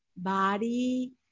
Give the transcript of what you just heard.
body